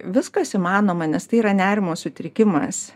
viskas įmanoma nes tai yra nerimo sutrikimas